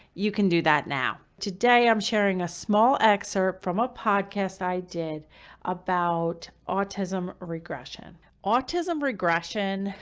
you can do that now. today i'm sharing a small excerpt from a podcast i did about autism regression, autism regression,